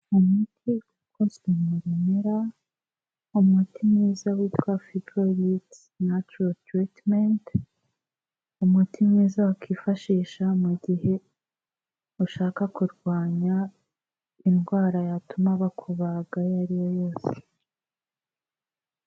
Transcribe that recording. Umuti ukozwe mu bimera, umuti mwiza witwa Fibroids Natrural Treatment, umuti mwiza wakifashisha mu gihe ushaka kurwanya indwara yatuma bakubaga iyo ariyo yose.